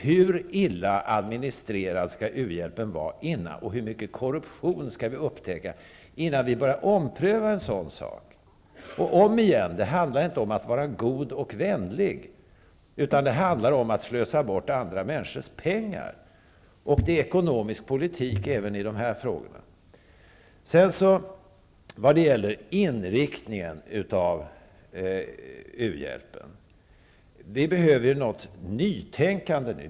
Hur illa administrerad skall u-hjälpen vara, och hur mycket korruption skall vi upptäcka, innan vi börjar ompröva en sådan sak? Omigen, det handlar inte om att vara god och vänlig. Det handlar om att slösa bort andra människors pengar. Det är ekonomisk politik även i dessa frågor. När det gäller inriktningen av u-hjälpen behöver vi ett nytänkande.